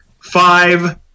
five